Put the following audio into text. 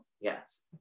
yes